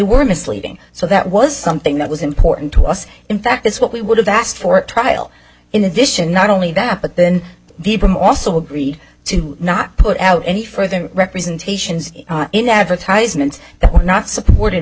were misleading so that was something that was important to us in fact that's what we would have asked for a trial in addition not only that but then people also agreed to not put out any further representations in advertisements that were not supported